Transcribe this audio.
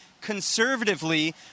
conservatively